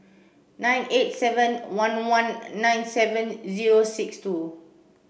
nine eight seven one one nine seven zero six two